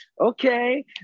okay